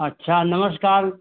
अच्छा नमस्कार